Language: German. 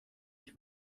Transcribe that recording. ich